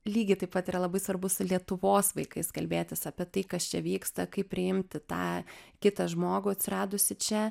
lygiai taip pat yra labai svarbu su lietuvos vaikais kalbėtis apie tai kas čia vyksta kaip priimti tą kitą žmogų atsiradusį čia